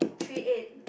three eight